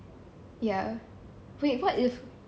ya wait what if